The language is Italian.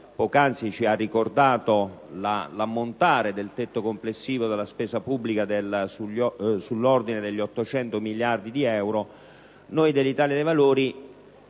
poc'anzi ci ha ricordato l'ammontare del tetto complessivo della spesa pubblica che è sull'ordine degli 800 miliardi di euro),